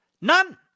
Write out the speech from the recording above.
None